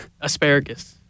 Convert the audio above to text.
Asparagus